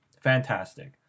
Fantastic